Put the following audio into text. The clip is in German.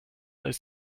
ist